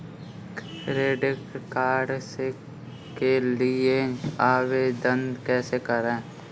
Credit card के लिए आवेदन कैसे करें?